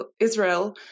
Israel